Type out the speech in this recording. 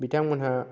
बिथांमोनहा